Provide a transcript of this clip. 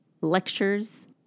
lectures